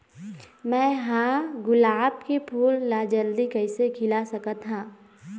मैं ह गुलाब के फूल ला जल्दी कइसे खिला सकथ हा?